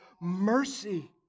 mercy